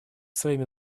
своими